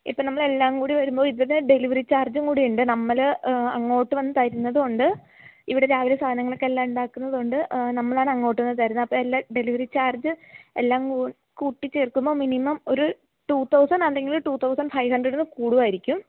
ഇപ്പോള് നമ്മളെല്ലാം കൂടി വരുമ്പോള് ഇതിന് ഡെലിവറി ചാർജ്ജും കൂടിയുണ്ട് നമ്മള് അങ്ങോട്ട് വന്നുതരുന്നതുകൊണ്ട് ഇവിടെ രാവിലെ സാധനങ്ങളൊക്കെ എല്ലാം ഉണ്ടാക്കുന്നതുകൊണ്ട് നമ്മളാണ് അങ്ങോട്ട് വന്നുതരുന്നത് അപ്പോള് എല്ലാം ഡെലിവറി ചാർജ് എല്ലാം കൂട്ടി ചേർക്കുമ്പോള് മിനിമം ഒരു ടൂ തൗസൻ്റ് അല്ലെങ്കില് ടൂ തൗസൻ്റ് ഫൈവ് ഹണ്ഡ്രഡില് കൂടുമായിരിക്കും